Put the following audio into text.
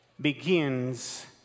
begins